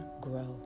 grow